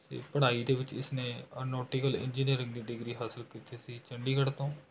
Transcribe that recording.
ਅਤੇ ਪੜ੍ਹਾਈ ਦੇ ਵਿੱਚ ਇਸ ਨੇ ਨੌਟਿਕਲ ਇੰਜੀਨੀਅਰਿੰਗ ਦੀ ਡਿਗਰੀ ਹਾਸਿਲ ਕੀਤੀ ਸੀ ਚੰਡੀਗੜ੍ਹ ਤੋਂ